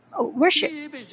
worship